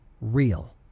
real